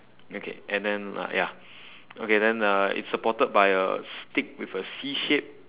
okay and then uh ya okay then uh it's support by a stick with a C shape